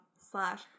slash